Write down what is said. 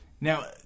Now